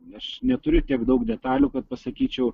aš neturiu tiek daug detalių kad pasakyčiau